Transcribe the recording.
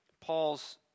Paul's